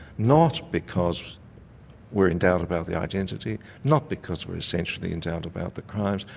not because we're in doubt about the identity, not because we're essentially in doubt about the crimes,